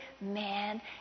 man